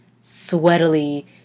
sweatily